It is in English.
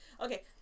Okay